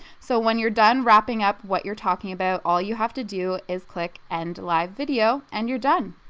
so when you're done wrapping up what you're talking about all you have to do is click end live video and you're done,